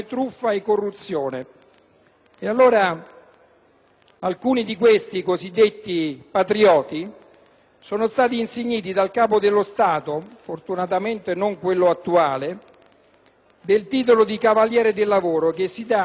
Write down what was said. Alcuni di questi cosiddetti patrioti sono stati insigniti dal Capo dello Stato (fortunatamente non quello attuale) del titolo di Cavaliere del lavoro, che si riconosce a chi ha portato lustro ad un'azienda